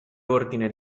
ordine